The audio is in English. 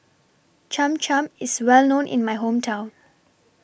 Cham Cham IS Well known in My Hometown